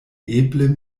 eble